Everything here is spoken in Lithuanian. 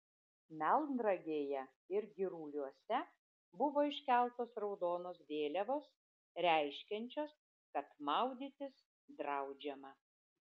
melnragėje ir giruliuose buvo iškeltos raudonos vėliavos reiškiančios kad maudytis draudžiama